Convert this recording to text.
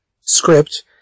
script